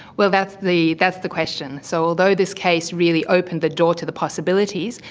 well, that's the that's the question. so although this case really opened the door to the possibilities,